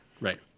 Right